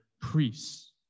priests